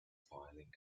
falling